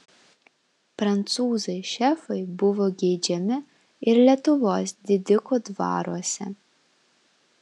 prancūzai šefai buvo geidžiami ir lietuvos didikų dvaruose